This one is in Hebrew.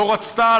לא רצתה,